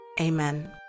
Amen